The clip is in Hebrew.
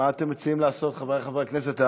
מה אתם מציעים לעשות, חברי חברי הכנסת?